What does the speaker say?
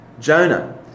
Jonah